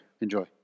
Enjoy